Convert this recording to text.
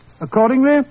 Accordingly